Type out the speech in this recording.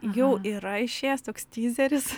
jau yra išėjęs toks tyzeris